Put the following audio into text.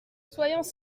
soyons